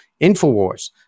Infowars